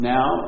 Now